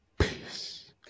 Peace